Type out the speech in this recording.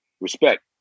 Respect